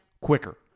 quicker